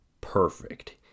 perfect